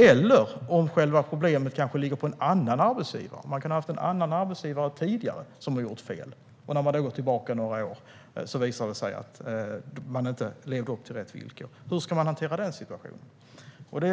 Eller om själva problemet ligger hos en annan arbetsgivare - det kan vara en annan arbetsgivare som tidigare har gjort fel och som efter några år visar sig att inte ha levt upp till rätt villkor - hur ska man hantera den situationen?